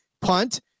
punt